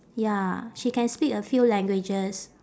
ya she can speak a few languages